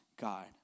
God